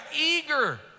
eager